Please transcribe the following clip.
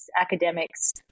academics